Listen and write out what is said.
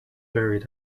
buried